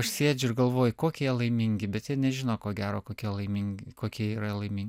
aš sėdžiu ir galvoju kokie jie laimingi bet jie nežino ko gero kokie laimingi kokie jie yra laimingi